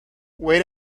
wait